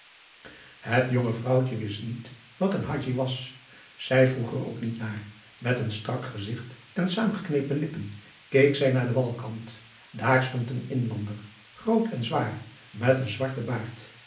het jonge vrouwtje wist niet wat een hadji was zij vroeg er ook niet naar met een strak gezicht en saamgeknepen lippen keek zij naar aum boe akar eel walkant daar stond een inlander groot en zwaar met een zwarten baard